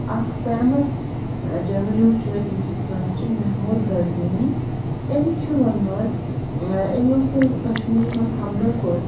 اکھ فٮ۪مَس جنٛگجوٗ چھِ ییٚمِس أسۍ وَنان چھِ محموٗد غزنہِ أمۍ چھُ ووٚنمُت أمۍ اوس ییٚلہٕ کَشمیٖرَس منٛز حملہٕ کوٚر